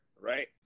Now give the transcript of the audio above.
right